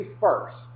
first